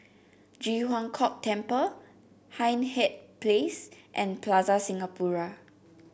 Ji Huang Kok Temple Hindhede Place and Plaza Singapura